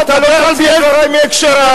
ואתה הוצאת את דברי מהקשרם.